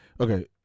okay